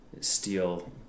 steel